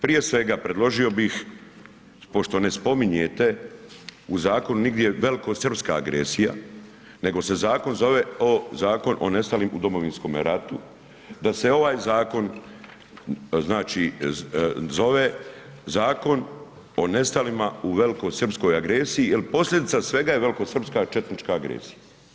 Prije svega, predložio bih, pošto ne spominjete u zakonu nigdje velikosrpska agresija, nego se zakon zove Zakon o nestalim u Domovinskome ratu, da se ovaj zakon zove Zakon o nestalima u velikosrpskoj agresiji jer posljedica svega je velikosrpska četnička agresija.